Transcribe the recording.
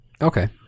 Okay